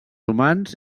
humans